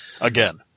Again